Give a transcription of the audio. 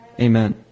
Amen